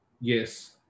yes